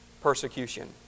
persecution